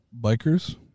Bikers